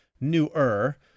newer